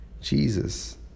Jesus